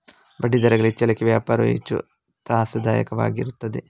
ಬಡ್ಡಿದರಗಳ ಹೆಚ್ಚಳಕ್ಕೆ ವ್ಯಾಪಾರವು ಹೆಚ್ಚು ತ್ರಾಸದಾಯಕವಾಗಿರುತ್ತದೆ